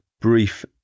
brief